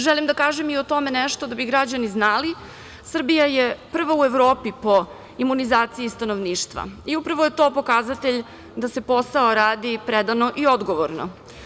Želim da kažem i o tome nešto da bi građani znali - Srbija je prva u Evropi po imunizaciji stanovništva i upravo je to pokazatelj da se posao radi predano i odgovorno.